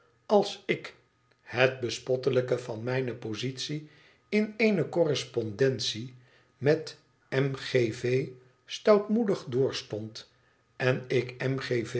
als ik het bespottelijke van mijne positie in eene correspondentie met m g v stoutmoedig doorstond en ik